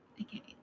Okay